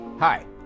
Hi